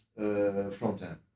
frontend